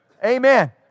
Amen